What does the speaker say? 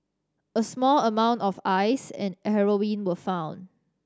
a small amount of ice and heroin were found